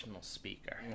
speaker